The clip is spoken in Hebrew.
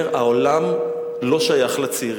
העולם לא שייך לצעירים.